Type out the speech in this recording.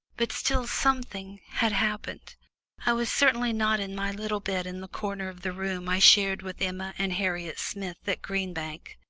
but still, something had happened i was certainly not in my little bed in the corner of the room i shared with emma and harriet smith at green bank.